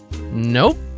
Nope